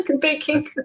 baking